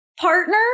partner